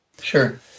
Sure